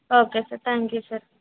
okay sir thank you sir